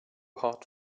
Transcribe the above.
hot